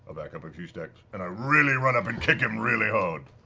ah back up a few steps. and i really run up and kick him really hard.